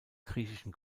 griechischen